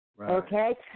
Okay